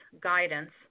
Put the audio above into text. guidance